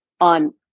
on